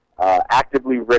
actively